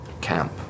camp